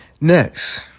next